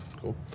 Cool